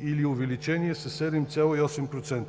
или увеличение със 7,8